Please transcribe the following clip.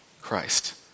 Christ